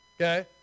okay